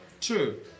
True